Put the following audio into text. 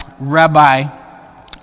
Rabbi